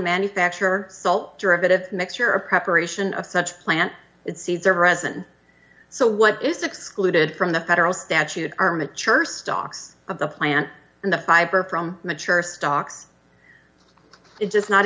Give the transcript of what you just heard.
manufacture salt derivative mixture of preparation of such plant seeds of resin so what is excluded from the federal statute armature stocks of the plant in the fiber from mature stocks just not